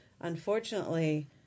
Unfortunately